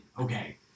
Okay